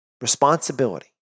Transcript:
responsibility